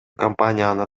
компанияны